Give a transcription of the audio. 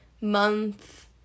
month